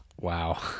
wow